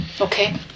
Okay